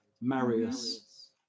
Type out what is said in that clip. Marius